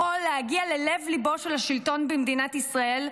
יכול להגיע אל לב-ליבו של השלטון במדינת ישראל,